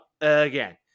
again